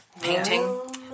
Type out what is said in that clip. painting